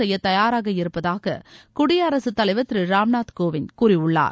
செய்ய தயாராக இருப்பதாக குடியரசுத் தலைவர் திரு ராம்நாத் கோவிந்த் கூறியுள்ளார்